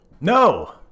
No